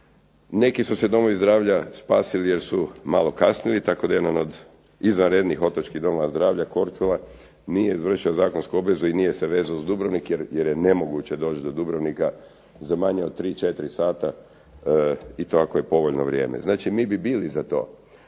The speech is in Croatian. Neki su se domovi zdravlja spasili jer su malo kasnili, tako da jedan od izvanrednih otočkih domova zdravlja Korčula nije izvršila zakonsku obvezu i nije se vezao uz Dubrovnik jer je nemoguće doći do Dubrovnika za manje od tri, četiri sata i to ako je povoljno vrijeme. Znači mi bi bili za to,